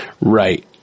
Right